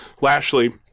Lashley